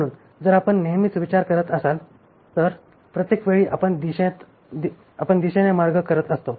म्हणून जर आपण नेहमीच विचार करत असाल तर प्रत्येक वेळी आपण दिशेने मार्गात काम करत असतो